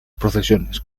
procesiones